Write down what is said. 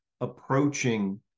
approaching